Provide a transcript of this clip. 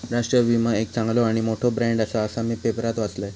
राष्ट्रीय विमा एक चांगलो आणि मोठो ब्रँड आसा, असा मी पेपरात वाचलंय